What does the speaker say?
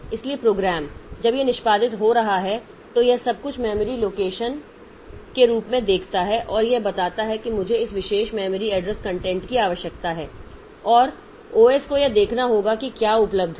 इसलिए प्रोग्राम जब यह निष्पादित हो रहा है तो यह सब कुछ मेमोरी लोकेशन के रूप में देखता है और यह बताता है कि मुझे इस विशेष मेमोरी एड्रेस कंटेंट की आवश्यकता है और ओएस को यह देखना होगा कि क्या उपलब्ध है